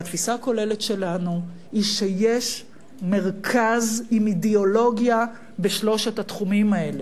והתפיסה הכוללת שלנו היא שיש מרכז עם אידיאולוגיה בשלושת התחומים האלה.